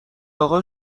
اقا